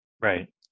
right